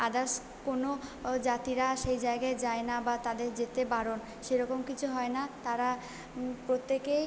others কোনো জাতিরা সেই জায়গায় যায় না বা তাদের যেতে বারণ সেরকম কিছু হয় না তারা প্রত্যেকে